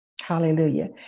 Hallelujah